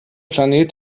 planet